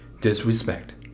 disrespect